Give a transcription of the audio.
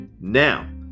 now